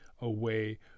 away